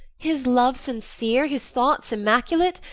his love sincere, his thoughts immaculate,